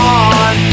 on